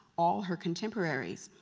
all her contemporaries.